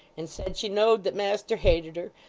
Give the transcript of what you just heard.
and said she knowed that master hated her.